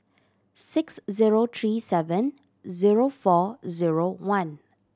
six zero three seven zero four zero one